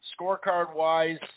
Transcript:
scorecard-wise